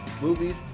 movies